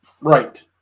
Right